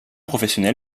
professionnel